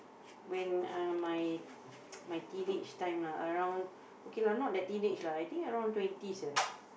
when uh my my teenage time lah around okay lah not like teenage lah I think around twenties ah